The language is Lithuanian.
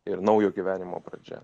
ir naujo gyvenimo pradžia